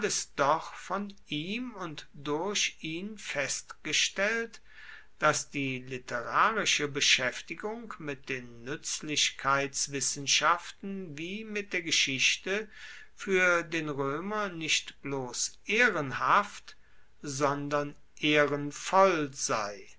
von ihm und durch ihn festgestellt dass die literarische beschaeftigung mit den nuetzlichkeitswissenschaften wie mit der geschichte fuer den roemer nicht bloss ehrenhaft sondern ehrenvoll sei